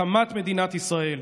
הקמת מדינת ישראל.